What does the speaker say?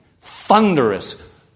thunderous